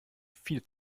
viel